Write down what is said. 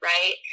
Right